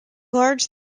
large